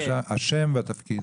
בבקשה, השם והתפקיד.